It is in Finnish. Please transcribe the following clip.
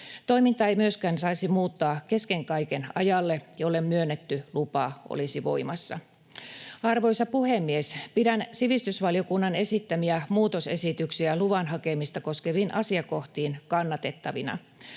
Toimintaa ei myöskään saisi muuttaa kesken kaiken sille ajalle, jolle myönnetty lupa olisi voimassa. Arvoisa puhemies! Pidän sivistysvaliokunnan esittämiä muutosesityksiä luvan hakemista koskeviin asiakohtiin kannatettavina.